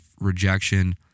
rejection